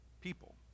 people